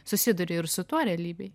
susiduri ir su tuo realybėj